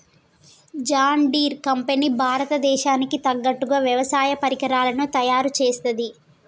John Deere company భారత దేశానికి తగ్గట్టుగా వ్యవసాయ పరికరాలను తయారుచేస్తది